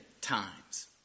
times